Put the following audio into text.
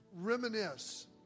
reminisce